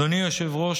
אדוני היושב-ראש,